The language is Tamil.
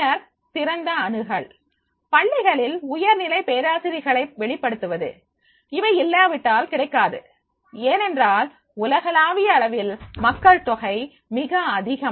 பின்னர் திறந்த அணுகல் பள்ளிகளில் உயர் நிலைப் பேராசிரியர்களை வெளிப்படுத்துவது இவை இல்லாவிட்டால் கிடைக்காது ஏனென்றால் உலகளாவிய அளவில் மக்கள் தொகை மிக அதிகம்